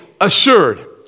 assured